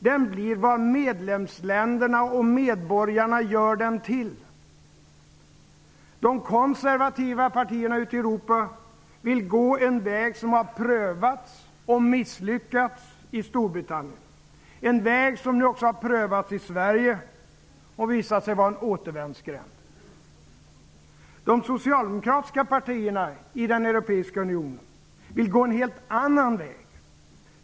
Den blir vad medlemsländerna och medborgarna gör den till. De konservativa partierna i Europa vill gå en väg som har prövats och misslyckats i Storbritannien. Det är en väg som nu också har prövats i Sverige, och visat sig vara en återvändsgränd. De socialdemokratiska partierna i Europiska unionen vill gå en helt annan väg.